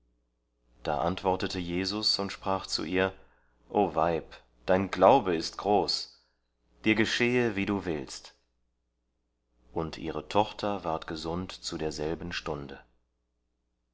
da antwortete jesus und sprach zu ihr o weib dein glaube ist groß dir geschehe wie du willst und ihre tochter ward gesund zu derselben stunde